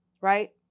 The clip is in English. right